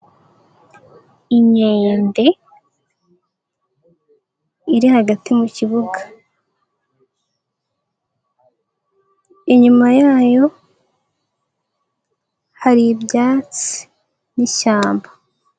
Inkende iri hagati mu kibuga, inyuma yayo hari ibyatsi n'ishyamba.